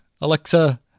Alexa